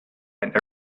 and